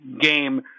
game